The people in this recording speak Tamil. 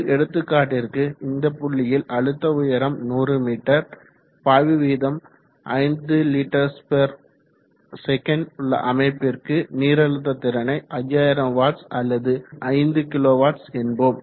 ஒரு எடுத்துக்காட்டிற்கு இந்த புள்ளியில் அழுத்த உயரம் 100 m பாய்வுவீதம் 5 liters உள்ள அமைப்பிற்கு நீரழுத்த திறனை 5000 வாட்ஸ் அல்லது 5 கிலோ வாட்ஸ் என்போம்